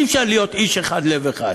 אי-אפשר להיות איש אחד לב אחד,